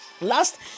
last